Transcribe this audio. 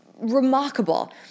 remarkable